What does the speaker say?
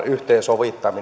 yhteensovitetaan